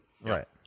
Right